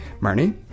Marnie